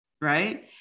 right